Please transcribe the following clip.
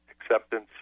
acceptance